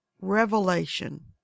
revelation